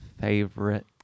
favorite